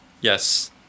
Yes